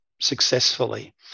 successfully